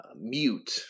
mute